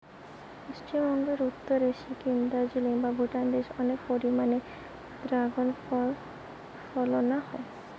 পশ্চিমবঙ্গের উত্তরে সিকিম, দার্জিলিং বা ভুটান দেশে অনেক পরিমাণে দ্রাগন ফল ফলানা হয়